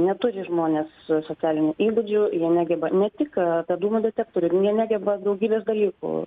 neturi žmonės so socialinių įgūdžių jie negeba ne tik tą dūmų detektorių jie negeba daugybės dalykų